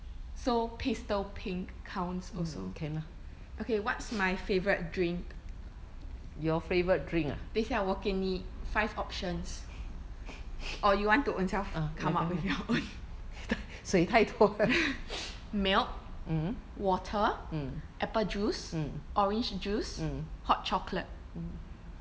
so pastel pink counts also okay what's my favourite drink 等一下我给你 five options or you want to ownself come up with your own milk water apple juice orange juice hot chocolate